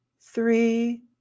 three